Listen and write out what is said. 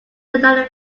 another